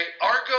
Argo